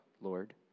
Lord